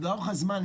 לאורך הזמן,